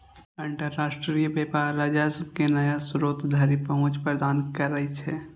अंतरराष्ट्रीय व्यापार राजस्व के नया स्रोत धरि पहुंच प्रदान करै छै